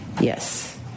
Yes